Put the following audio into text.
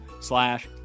slash